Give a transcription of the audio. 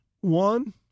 One